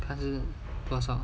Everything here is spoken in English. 他是多少